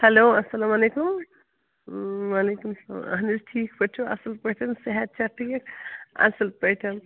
hello اَسلامُ علیکُم وعلیکُم سلام اَہن حظ ٹھیٖک پٲٹھۍ چھُو اَصٕل پٲٹھٮ۪ن صحت چھا ٹھیٖک اَصٕل پٲٹھٮ۪ن